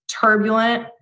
turbulent